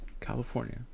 california